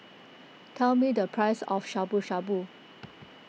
tell me the price of Shabu Shabu